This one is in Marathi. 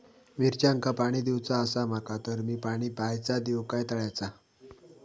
मिरचांका पाणी दिवचा आसा माका तर मी पाणी बायचा दिव काय तळ्याचा?